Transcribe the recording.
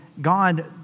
God